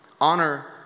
Honor